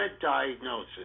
diagnosis